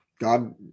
God